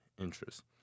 interest